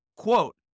Quote